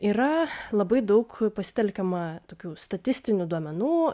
yra labai daug pasitelkiama tokių statistinių duomenų